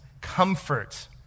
comfort